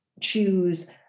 choose